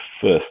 first